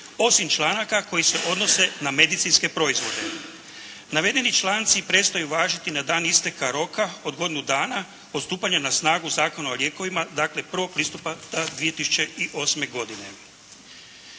osim članaka koji se odnose na medicinske proizvode. Navedeni članci prestaju važiti na dan isteka roka od godinu dana od stupanja na snagu Zakona o lijekovima, dakle 1. listopada 2008. godine.